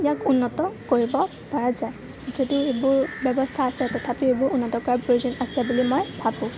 ইয়াক উন্নত কৰিব পৰা যায় যদিও এইবোৰ ব্যৱস্থা আছে তথাপিও এইবোৰ উন্নত কৰাৰ প্ৰয়োজন আছে বুলি মই ভাবোঁ